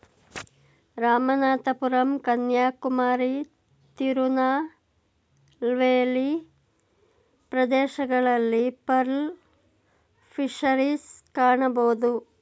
ರಾಮನಾಥಪುರಂ ಕನ್ಯಾಕುಮಾರಿ, ತಿರುನಲ್ವೇಲಿ ಪ್ರದೇಶಗಳಲ್ಲಿ pearl fisheries ಕಾಣಬೋದು